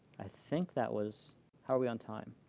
i think that was how are we on time?